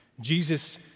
Jesus